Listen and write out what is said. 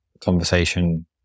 conversation